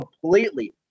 completely